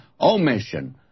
omission